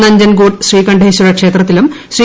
നഞ്ചൻഗൂഡ് ശ്രീകണ്ഠേശ്വര ക്ഷേത്രത്തിലും ശ്രീ